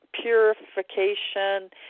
purification